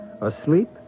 Asleep